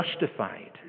justified